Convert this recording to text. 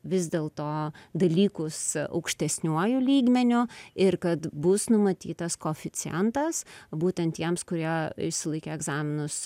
vis dėlto dalykus aukštesniuoju lygmeniu ir kad bus numatytas koeficientas būtent tiems kurie išsilaikė egzaminus